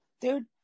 dude